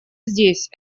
здесь